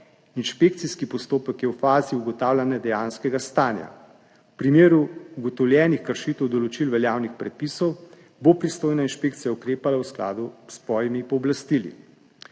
Inšpekcijski postopek je v fazi ugotavljanja dejanskega stanja. V primeru ugotovljenih kršitev določil veljavnih predpisov bo pristojna inšpekcija ukrepala v skladu s svojimi pooblastili.